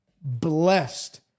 blessed